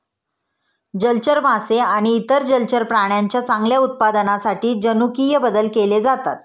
जलचर मासे आणि इतर जलचर प्राण्यांच्या चांगल्या उत्पादनासाठी जनुकीय बदल केले जातात